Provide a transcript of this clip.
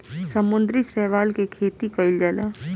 समुद्री शैवाल के खेती कईल जाला